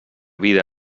vida